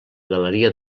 galeria